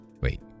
Wait